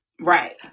Right